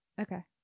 okay